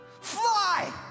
fly